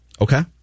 Okay